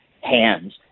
hands